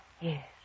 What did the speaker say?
Yes